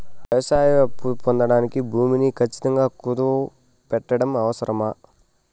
వ్యవసాయ అప్పు పొందడానికి భూమిని ఖచ్చితంగా కుదువు పెట్టడం అవసరమా?